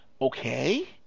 Okay